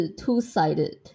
two-sided